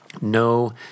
no